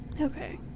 Okay